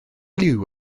liw